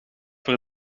voor